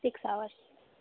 six hours